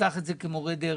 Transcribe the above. שתיקח את זה כמורה דרך,